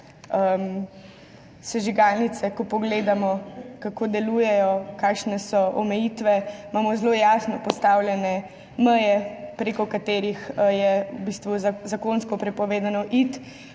sežigalnice, ko pogledamo, kako delujejo, kakšne so omejitve, imamo zelo jasno postavljene meje, prek katerih je v bistvu zakonsko prepovedano iti.